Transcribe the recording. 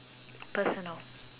personal